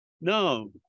No